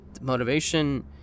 motivation